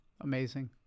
Amazing